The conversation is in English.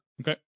Okay